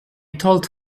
told